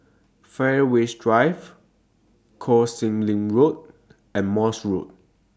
Fairways Drive Koh Sek Lim Road and Morse Road